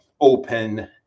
open